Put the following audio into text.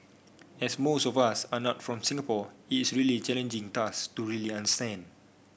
as most of us are not from Singapore it's a really challenging task to really understand